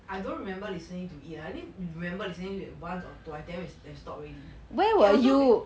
I don't remember listening to it ah I only remember listening to it once or twice then we then stop already and also we